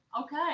Okay